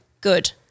Good